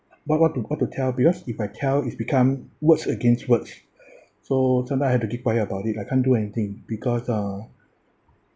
but what to what to tell because if I tell it's become words against words so sometimes I have to keep quiet about it I can't do anything because uh